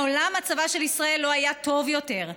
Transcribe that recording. מעולם מצבה של ישראל לא היה טוב יותר,